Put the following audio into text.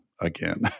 again